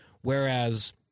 Whereas